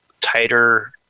tighter